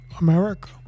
America